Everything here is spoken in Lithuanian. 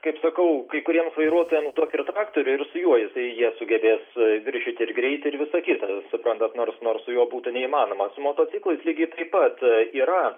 kaip sakau kai kuriems vairuotojams duok ir traktorių ir su juo jisai jie sugebės viršyti ir greitį ir visa kita suprantat nors nors su juo būtų neįmanoma su motociklais lygiai taip pat yra